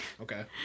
okay